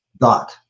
dot